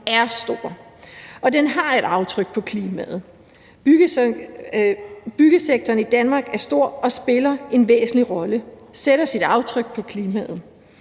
er stor, og den har et aftryk på klimaet. Byggesektoren i Danmark er stor og spiller en væsentlig rolle, sætter sit aftryk på klimaet.